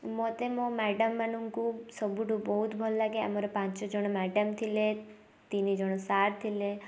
ମତେ ମୋ ମ୍ୟାଡ଼ାମ ମାନଙ୍କୁ ସବୁଠୁ ବହୁତ ଭଲ ଲାଗେ ଆମର ପାଞ୍ଚ ଜଣ ମ୍ୟାଡ଼ାମ ଥିଲେ ତିନି ଜଣ ସାର ଥିଲେ